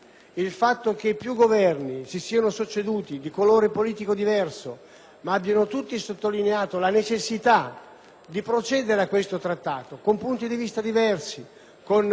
di procedere a questo Trattato, con punti di vista diversi, con anche risultati diversi, con un dibattito diverso, che ha per esempio portato